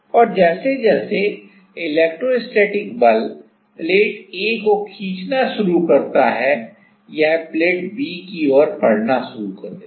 और जैसे ही इलेक्ट्रोस्टैटिक बल प्लेट A को खींचना शुरू करता है यह प्लेट B की ओर बढ़ना शुरू कर देती है